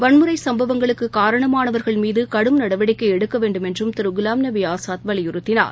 வன்முறைசம்பவங்களுக்குகாரணமானவர்கள் மீதுகடும் நடவடிக்கைஎடுக்கவேண்டுமென்றும் திருகுலாம்நபிஆஸாத் வலியுறுத்தினார்